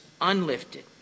unlifted